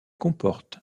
comporte